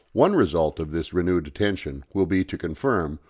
one result of this renewed attention will be to confirm,